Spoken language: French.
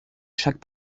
chaque